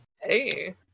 Hey